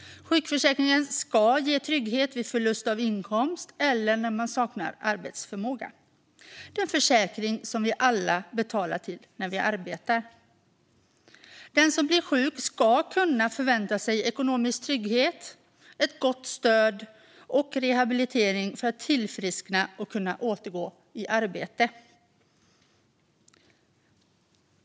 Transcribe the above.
Sjukförsäkringen ska ge trygghet vid förlust av inkomst eller när man saknar arbetsförmåga. Det är en försäkring som vi alla betalar till när vi arbetar. Den som blir sjuk ska kunna förvänta sig ekonomisk trygghet, gott stöd och rehabilitering för att tillfriskna och kunna återgå i arbete.